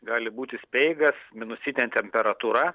gali būti speigas minusinė temperatūra